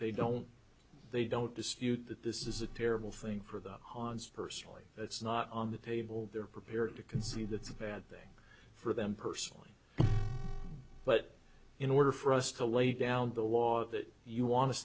they don't they don't dispute that this is a terrible thing for the heinz personally that's not on the table they're prepared to concede that's a bad thing for them personally but in order for us to lay down the law that you want us